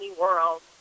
World